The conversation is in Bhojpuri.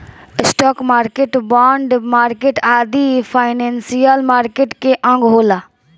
स्टॉक मार्केट, बॉन्ड मार्केट आदि फाइनेंशियल मार्केट के अंग होला